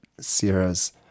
Sierra's